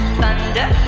thunder